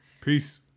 Peace